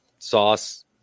sauce